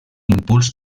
impuls